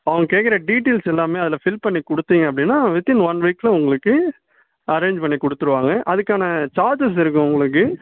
அவங்க கேக்கிற டீட்டெயில்ஸ் எல்லாம் அதில் ஃபில் பண்ணிக் கொடுத்தீங்க அப்படினா வித்தின் ஒன் வீக்கில் உங்களுக்கு அரேஞ்ச் பண்ணிக் கொடுத்துருவாங்க அதுக்கான சார்ஜஸ் இருக்குது உங்களுக்கு